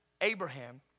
Abraham